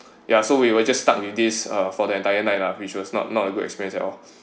ya so we were just stucked with this for the entire night lah which was not not a good experience at all